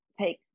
take